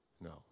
No